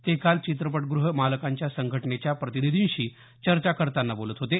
ते काल चित्रपटगुह मालकांच्या संघटनेच्या प्रतिनिधींशी चर्चा करताना बोलत होते